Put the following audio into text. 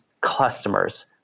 customers